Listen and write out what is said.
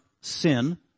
sin